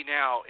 now